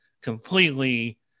completely